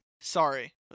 sorry